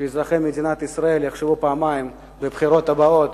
שאזרחי מדינת ישראל יחשבו פעמיים בבחירות הבאות,